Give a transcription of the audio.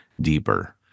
deeper